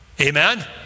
Amen